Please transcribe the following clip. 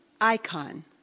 icon